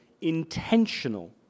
intentional